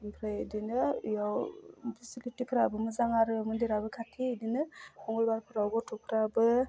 ओमफ्राय बिदिनो इयाव पिसिलिटिफ्राबो मोजां आरो मन्दिराबो खाथि बिदिनो मंगलबारफ्राव गथ'फ्राबो